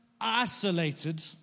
isolated